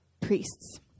priests